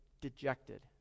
dejected